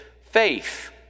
faith